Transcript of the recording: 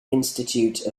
institute